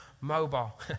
mobile